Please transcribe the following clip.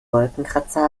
wolkenkratzer